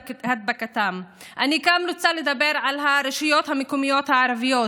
אני גם רוצה לדבר על הרשויות המקומיות הערביות,